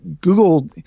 Google –